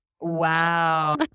Wow